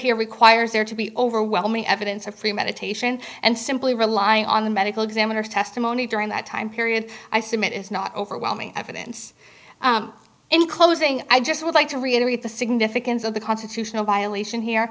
here requires there to be overwhelming evidence of premeditation and simply rely on the medical examiner's testimony during that time period i submit is not overwhelming evidence in closing i just would like to reiterate the significance of the constitutional violation here